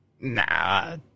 Nah